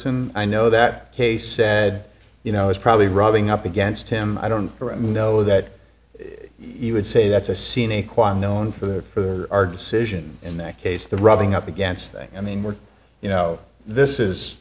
worse and i know that case said you know it's probably rubbing up against him i don't know that you would say that's a scene a quite known for the for our decision in that case the rubbing up against thing i mean were you know this is